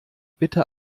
bitte